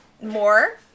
more